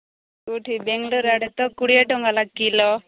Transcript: କେଉଁଠି ବେଙ୍ଗାଲୋର୍ ଆଡ଼େ ତ କୋଡ଼ିଏ ଟଙ୍କା ଲାଗ୍ କିଲୋ